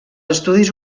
estudis